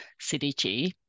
CDG